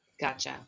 gotcha